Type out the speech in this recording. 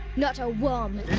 not a worm.